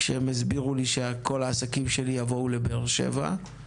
כשהם הסבירו לי שכל העסקים שלי יבואו לבאר שבע.